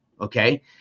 Okay